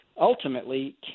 ultimately